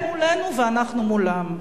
הם מולנו ואנחנו מולם.